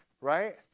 Right